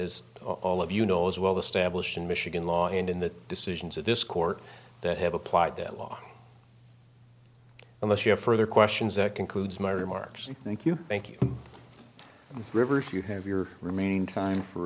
is all of you know as well the stablished in michigan law and in the decisions of this court that have applied that law unless you have further questions that concludes my remarks thank you thank you rivers you have your remaining time for